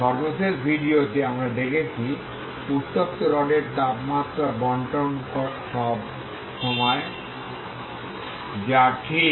সর্বশেষ ভিডিওতে আমরা দেখেছি উত্তপ্ত রডের তাপমাত্রা বন্টন সব সময় যা ঠিক